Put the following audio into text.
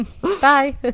bye